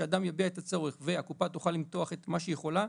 שאדם יביע את הצורך והקופה תוכל למתוח את מה שהיא יכולה,